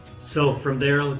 so from there,